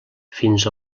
fins